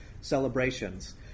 celebrations